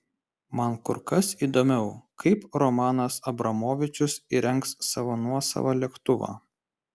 man kur kas įdomiau kaip romanas abramovičius įrengs savo nuosavą lėktuvą